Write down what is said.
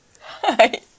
Hi